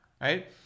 right